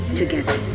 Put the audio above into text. together